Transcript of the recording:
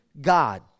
God